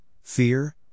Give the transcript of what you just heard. fear